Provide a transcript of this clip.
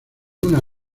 una